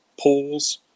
poles